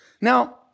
now